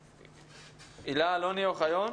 הילה אלוני אוחיון,